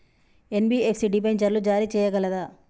NBFC డిబెంచర్లు జారీ చేయగలదా?